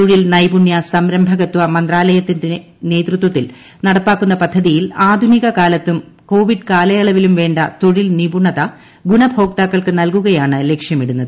തൊഴിൽ നൈപുണ്യ സംരംഭകത്വ മന്ത്രാലയത്തിന്റെ നേതൃത്വത്തിൽ നടപ്പാക്കുന്ന പദ്ധതിയിൽ ആധുനിക കാലത്തും കോവിഡ് കാലയളവിലും വേണ്ട തൊഴിൽ നിപുണത ഗുണഭോക്താക്കൾക്ക് നൽകുകയാണ് ലക്ഷ്യമിടുന്നത്